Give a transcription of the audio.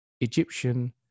Egyptian